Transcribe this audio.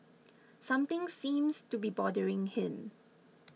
something seems to be bothering him